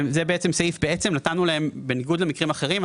בסעיף קטן זה - בניגוד למקרים אחרים,